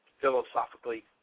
philosophically